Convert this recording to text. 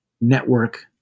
network